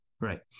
right